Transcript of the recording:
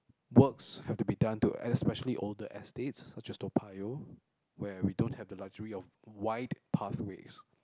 works have to be done to especially older estates such as Toa-Payoh where we don't have the luxury of wide pathways